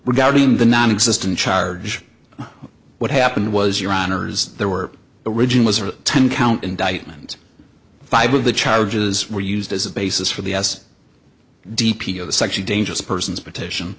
regarding the nonexistent charge what happened was your honour's there were originals or ten count indictment five of the charges were used as a basis for the s d p of the section dangerous persons petition